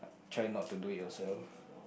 try not to do it yourself